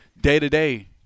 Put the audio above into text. Day-to-day